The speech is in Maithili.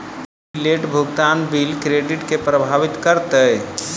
की लेट भुगतान बिल क्रेडिट केँ प्रभावित करतै?